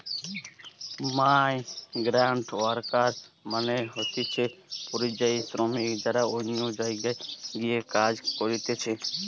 migrant worker মানে হতিছে পরিযায়ী শ্রমিক যারা অন্য জায়গায় গিয়ে কাজ করতিছে